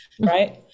right